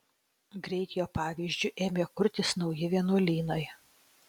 greit jo pavyzdžiu ėmė kurtis nauji vienuolynai